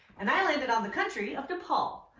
and i landed on the country of nepal.